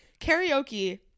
karaoke